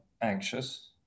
anxious